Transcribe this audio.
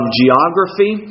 geography